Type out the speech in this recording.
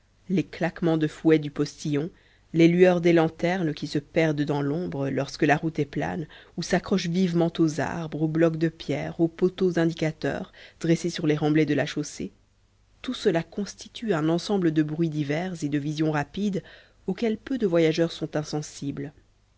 les claquements de fouet du postillon les lueurs des lanternes qui se perdent dans l'ombre lorsque la route est plane ou s'accrochent vivement aux arbres aux blocs de pierre aux poteaux indicateurs dressés sur les remblais de la chaussée tout cela constitue un ensemble de bruits divers et de visions rapides auxquels peu de voyageurs sont insensibles